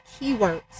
keywords